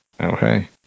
Okay